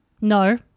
No